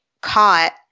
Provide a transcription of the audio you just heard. caught